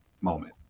moment